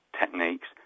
techniques